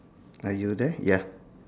are you there ya